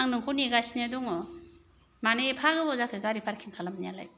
आं नोंखौ नेगासिनो दङ मानो एफा गोबाव जाखो गारि पार्किं खालामनायालाय